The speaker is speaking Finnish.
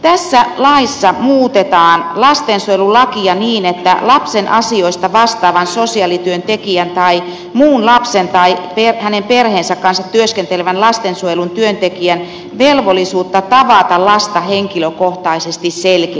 tässä laissa muutetaan lastensuojelulakia niin että lapsen asioista vastaavan sosiaalityöntekijän tai muun lapsen tai hänen perheensä kanssa työskentelevän lastensuojelun työntekijän velvollisuutta tavata lasta henkilökohtaisesti selkeytetään